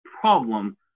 problem –